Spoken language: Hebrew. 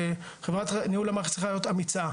חברת ניהול המערכת צריכה להיות אמיצה,